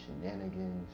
shenanigans